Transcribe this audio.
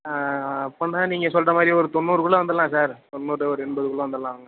ஆ அப்போனா நீங்கள் சொல்கிற மாதிரி ஒரு தொண்ணூறுக்குள்ளே வந்துடுலாம் சார் தொண்ணூறு எண்பதுக்குள்ளே வந்துடலாம்